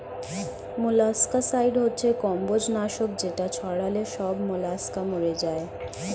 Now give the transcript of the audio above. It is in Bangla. মোলাস্কাসাইড হচ্ছে কম্বোজ নাশক যেটা ছড়ালে সব মোলাস্কা মরে যায়